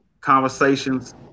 conversations